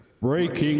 Breaking